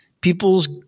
people's